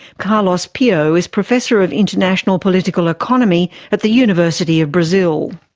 carlos pio is professor of international political economy at the university of brazil.